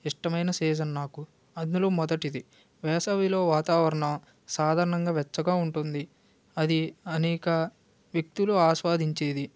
ఇష్టమైన సీజన్ నాకు అందులో మొదటిది వేసవిలో వాతావరణం సాధారణంగా వెచ్చగా ఉంటుంది అది అనేక వ్యక్తులు ఆస్వాదించేది